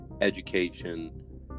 education